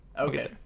Okay